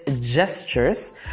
gestures